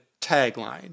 tagline